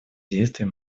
действий